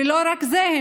ולא רק זה,